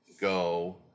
go